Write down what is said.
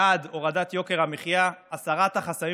בעד הורדת יוקר המחיה, הסרת החסמים